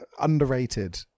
underrated